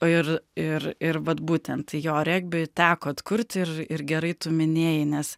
ir ir ir vat būtent jo regbiui teko atkurti ir ir gerai tu minėjai nes